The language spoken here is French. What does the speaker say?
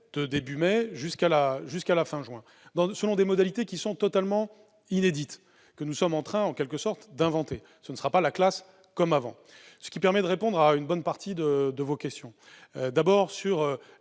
de début mai jusqu'à fin juin, selon des modalités totalement inédites, des modalités que nous sommes en train, en quelque sorte, d'inventer ; ce ne sera pas la classe comme avant. Cela permet de répondre à une bonne partie de vos questions. D'abord, pour